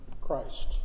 Christ